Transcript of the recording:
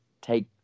take